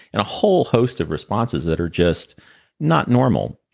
and a whole host of responses that are just not normal.